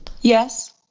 Yes